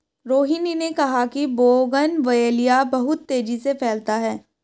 रोहिनी ने कहा कि बोगनवेलिया बहुत तेजी से फैलता है